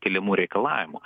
keliamų reikalavimų